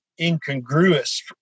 incongruous